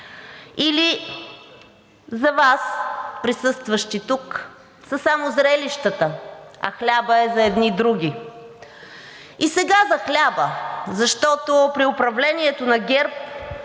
Или за Вас, присъстващи тук, са само зрелищата, а хлябът е за едни други? И сега за хляба, защото при управлението на ГЕРБ